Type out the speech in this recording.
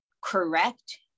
correct